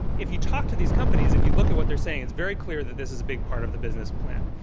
if you talk to these companies, if you look at what they're saying, it's very clear that this is a big part of the business plan.